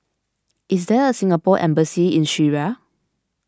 is there a Singapore Embassy in Syria